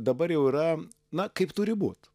dabar jau yra na kaip turi būt